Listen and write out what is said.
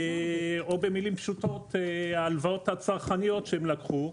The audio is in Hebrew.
או במילים פשוטות ההלוואות הצרכניות שהם לקחו,